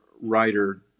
writer